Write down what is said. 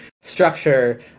structure